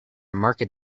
market